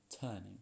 turning